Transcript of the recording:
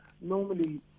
normally